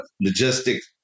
logistics